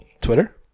Twitter